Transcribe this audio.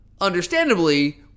understandably